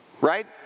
Right